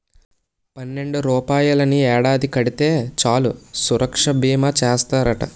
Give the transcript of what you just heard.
పన్నెండు రూపాయలని ఏడాది కడితే చాలు సురక్షా బీమా చేస్తారట